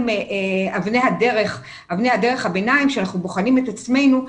אבני הדרך בביניים שאנחנו בוחנים את עצמנו,